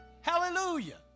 Hallelujah